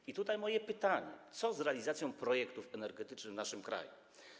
I tutaj moje pytanie: Co z realizacją projektów energetycznych w naszym kraju?